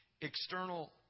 external